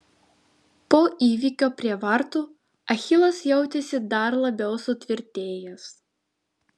po įvykio prie vartų achilas jautėsi dar labiau sutvirtėjęs